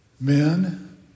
men